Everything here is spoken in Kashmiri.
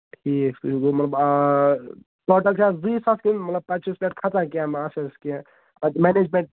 ٹھیٖک ٹھیٖک مطلب آ ٹوٹَل چھِ اَتھ زٕے ساس کٔرٕنۍ مطلب پَتہٕ چھُ اَتھ کھسان کیٚنہہ مہ آسیٚس کیٚنہہ پَتہٕ مینجیمینٹ